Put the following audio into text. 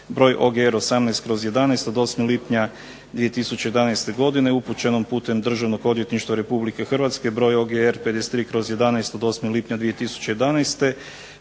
broj OGR. 18/11 od 8. lipnja 2011. godine upućeno putem Državnog odvjetništva Republike Hrvatske broj OG. 53/11 od 8. lipnja 2011.